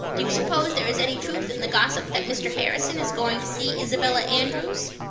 do you suppose there is any truth in the gossip that mr. harrison is going to see isabella andrews?